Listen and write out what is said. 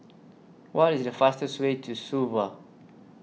What IS The fastest Way to Suva